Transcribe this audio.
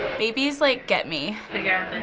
babies like get me. figure